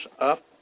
up